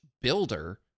Builder